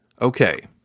okay